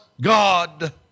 God